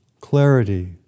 clarity